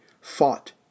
fought